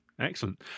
excellent